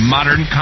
Modern